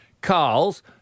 Carl's